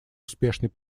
успешной